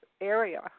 area